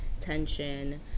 tension